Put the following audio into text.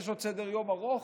יש עוד סדר-יום ארוך.